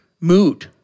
mood